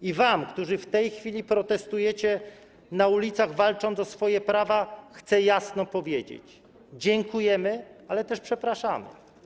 I wam, którzy w tej chwili protestujecie na ulicach, walcząc o swoje prawa, chcę jasno powiedzieć: dziękujemy, ale też przepraszamy.